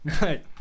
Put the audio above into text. Right